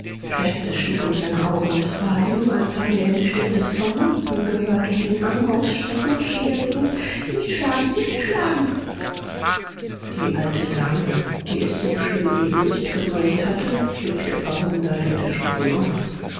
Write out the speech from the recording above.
stieg um seine augen es war ihm als habe er die stimme des vermummten gehört und den arm ausstreckend schrie er bittend nicht schlagen nicht schlagen die alte dame die es so schlimm eben nicht gemeint hatte blickte verwundert und erschrocken auf